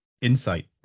insight